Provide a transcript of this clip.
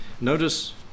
Notice